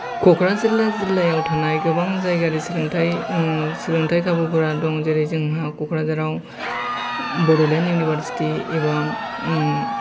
कक्राझार जिल्लायाव थानाय गोबां जायगानि सोलोंथाइ ओ सोलोंथाइ खाबुफोरा दं जेरै जोंहा कक्राझाराव बड'लेण्ड इउनिभार्सिति एबा